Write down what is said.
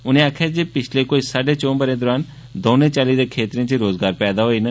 उनें आखेआ जे पिच्छले साड्डे चौं ब'रें दौरान दौनें चाल्ली दे खेत्तरें च रोजगार पैदा होये न